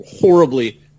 horribly